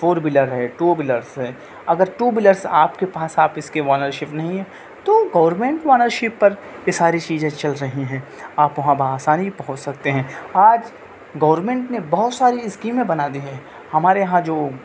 four wheeler ہے two wheelers ہے اگر ٹو ویلرس آپ کے پاس آپ اس کے اونرشپ نہیں ہے تو گورنمنٹ اونرشپ پر یہ ساری چیزیں چل رہی ہیں آپ وہاں باآسانی پہنچ سکتے ہیں آج گورنمنٹ نے بہت ساری اسکیمیں بنا دی ہیں ہمارے یہاں جو